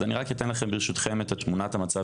אז אני רק אתן לכם ברשותכם את תמונת המצב